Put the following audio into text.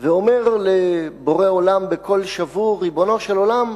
ואומר לבורא עולם בקול שבור: ריבונו של עולם,